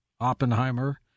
Oppenheimer